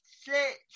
six